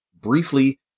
briefly